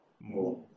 more